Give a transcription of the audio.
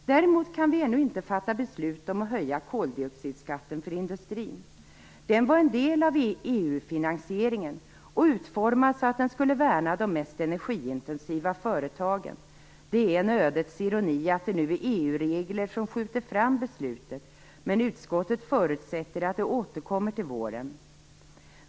Däremot kan vi ännu inte fatta beslut om att höja koldioxidskatten för industrin. Den var en del av EU finansieringen och utformad så att den skulle värna de mest energiintensiva företagen. Det är en ödets ironi att det nu är EU-regler som gör att beslutet skjuts fram. Men utskottet förutsätter att det återkommer till våren.